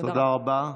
תודה רבה.